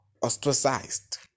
ostracized